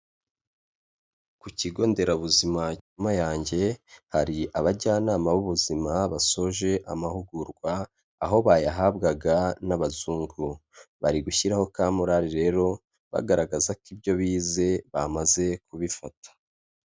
Ku kigo nderabuzima cya Mayange, hari abajyanama b'ubuzima basoje amahugurwa, aho bayahabwaga n'abazungu, bari gushyiraho ka morare rero bagaragaza ko ibyo bize bamaze kubifata.